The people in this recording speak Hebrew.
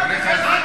מה זה חשוב.